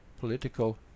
political